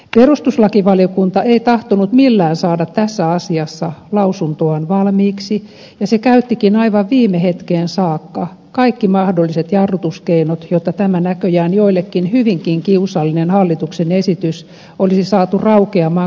perustuslakivaliokunta ei tahtonut millään saada tässä asiassa lausuntoaan valmiiksi ja se käyttikin aivan viime hetkeen saakka kaikki mahdolliset jarrutuskeinot jotta tämä näköjään joillekin hyvinkin kiusallinen hallituksen esitys olisi saatu raukeamaan kokonaan